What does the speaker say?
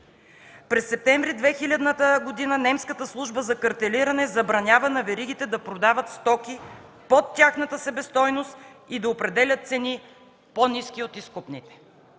месец септември 2000 г. немската служба за картелиране забранява на веригите да продават стоки под тяхната себестойност и да определят цени по-ниски от изкупните.